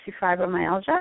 fibromyalgia